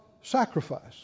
sacrifice